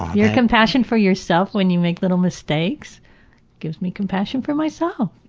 your compassion for yourself when you make little mistakes gives me compassion for myself.